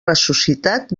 ressuscitat